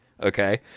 Okay